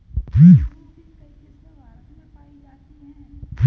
नीम्बू की कई किस्मे भारत में पाई जाती है